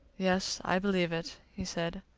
yes, i believe it, he said.